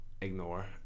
ignore